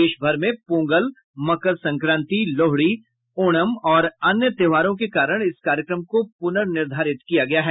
देश भर में पोंगल मकर संक्रांति लोहड़ी ओणम और अन्य त्योहारों के कारण इस कार्यक्रम को पुनर्निर्धारित किया गया है